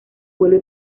vuelve